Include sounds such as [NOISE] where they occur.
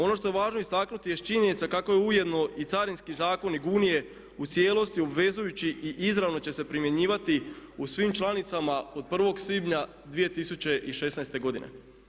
Ono što je važno istaknuti jest činjenica kako je ujedno i Carinski zakon i … [UNINTELLIGIBLE] u cijelosti obvezujući i izravno će se primjenjivati u svim članicama od 1. svibnja 2016. godine.